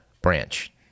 branch